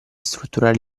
strutturare